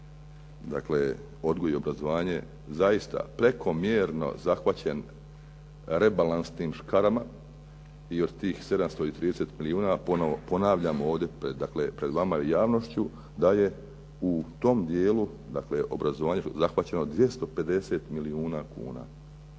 dakle odgoj i obrazovanje zaista prekomjerno zahvaćen rebalansnim škarama i od tih 730 milijuna ponovo ponavljam ovdje pred vama i javnošću da je u tom dijelu dakle obrazovanje zahvaćeno 250 milijuna.